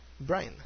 Brian